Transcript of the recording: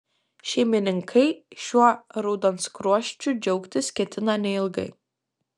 šeimininkai šiuo raudonskruosčiu džiaugtis ketina neilgai